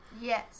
Yes